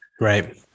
right